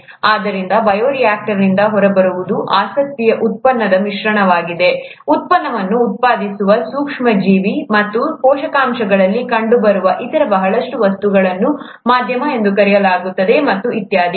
ಆದ್ದರಿಂದ ಬಯೋರಿಯಾಕ್ಟರ್ನಿಂದ ಹೊರಬರುವುದು ಆಸಕ್ತಿಯ ಉತ್ಪನ್ನದ ಮಿಶ್ರಣವಾಗಿದೆ ಉತ್ಪನ್ನವನ್ನು ಉತ್ಪಾದಿಸುವ ಸೂಕ್ಷ್ಮ ಜೀವಿ ಮತ್ತು ಪೋಷಕಾಂಶಗಳಲ್ಲಿ ಕಂಡುಬರುವ ಇತರ ಬಹಳಷ್ಟು ವಸ್ತುಗಳನ್ನು ಮಾಧ್ಯಮ ಎಂದು ಕರೆಯಲಾಗುತ್ತದೆ ಮತ್ತು ಇತ್ಯಾದಿ